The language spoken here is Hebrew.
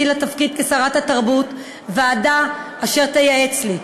לתפקיד שרת התרבות ועדה אשר תייעץ לי,